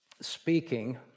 speaking